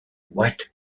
white